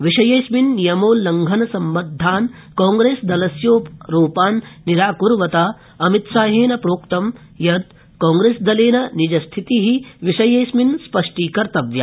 विषयेऽस्मिन् नियमोलङ्घन सम्बद्धान् कांप्रेसदलस्यारोपान् निराकुर्वता अमितशाहेन प्रोक्तं कांग्रेसदलेन निजस्थिति स्पष्टी कर्तव्या